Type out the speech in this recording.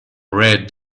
red